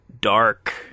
dark